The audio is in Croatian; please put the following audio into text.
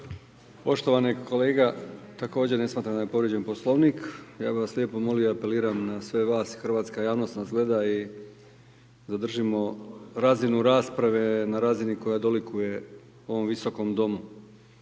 Poštovani kolega također ne smatram da je povrijeđen Poslovnik. Ja bih vas lijepo molio i apeliram na sve vas, hrvatska javnost nas gleda i zadržimo razinu rasprave na razini koja dolikuje ovom Visokom domu.